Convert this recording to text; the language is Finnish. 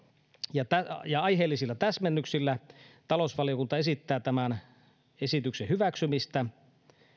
ja ja aiheellisilla täsmennyksillä talousvaliokunta esittää tämän esityksen hyväksymistä